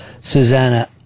Susanna